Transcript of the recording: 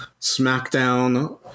SmackDown